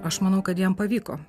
aš manau kad jam pavyko